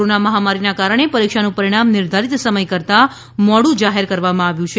corona મહામારીને કારણે પરીક્ષાનું પરિણામ નિર્ધારિત સમય કરતાં મોડું જાહેર કરવામાં આવ્યું છે